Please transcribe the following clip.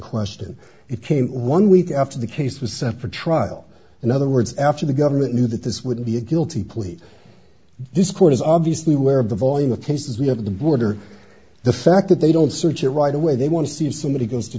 question it came one week after the case was separate trial in other words after the government knew that this would be a guilty plea this court is obviously where of the volume of cases we have of the border the fact that they don't search it right away they want to see if somebody goes to